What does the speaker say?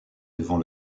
devant